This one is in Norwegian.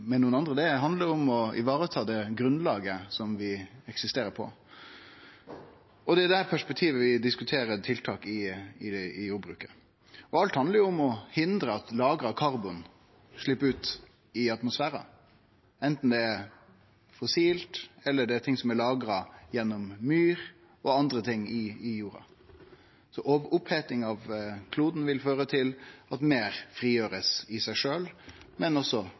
nokon andre. Det handlar om å vareta det grunnlaget vi eksisterer på. Det er i dette perspektivet vi diskuterer tiltak i jordbruket. Alt handlar jo om å hindre at lagra karbon slepper ut i atmosfæren, anten det er fossilt eller anna som er lagra i myra eller jorda. Oppheting av kloden vil føre til at meir blir frigjort i seg sjølv, men også